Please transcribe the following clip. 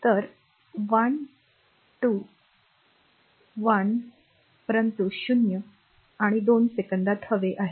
तर 1 ते T 1 two परंतु 0 आणि 2 सेकंदात हवे आहे